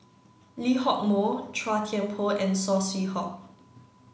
Lee Hock Moh Chua Thian Poh and Saw Swee Hock